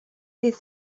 bydd